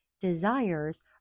Desires